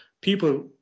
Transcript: people